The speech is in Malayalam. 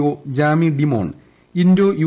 O Jamie Dimon into U